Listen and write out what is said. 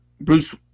Bruce